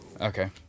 Okay